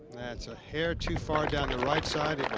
that's a hair too far down the right side.